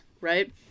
right